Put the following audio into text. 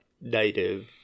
Native